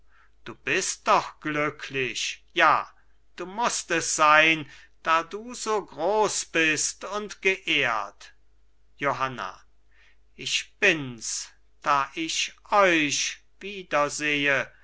du bist doch glücklich ja du mußt es sein da du so groß bist und geehrt johanna ich bins da ich euch